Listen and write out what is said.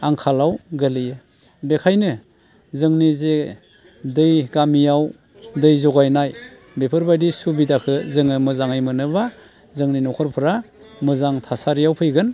आंखालाव गोलैयो बेखायनो जोंनि जे दै गामियाव दै जगायनाय बेफोरबायदि सुबिदाखौ जोङो मोजाङै मोनोबा जोंनि न'खरफोरा मोजां थासारियाव फैगोन